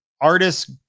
Artists